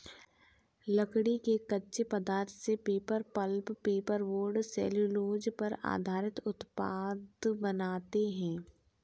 लकड़ी के कच्चे पदार्थ से paper, pulp, paper board, cellulose पर आधारित उत्पाद बनाते हैं